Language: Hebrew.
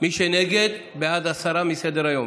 מי שנגד, בעד הסרה מסדר-היום.